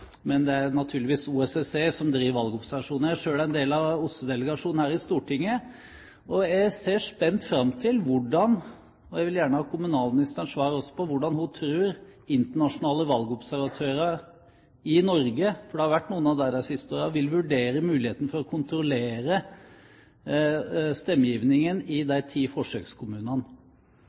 Men det er naturligvis OSSE som driver valgobservasjoner. Jeg er selv en del av OSSE-delegasjonen her i Stortinget, og jeg vil gjerne ha kommunalministerens svar på hvordan hun tror internasjonale valgobservatører i Norge – for det har vært noen av dem i de siste årene – vil vurdere muligheten for å kontrollere stemmegivningen i de ti forsøkskommunene.